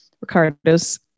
Ricardo's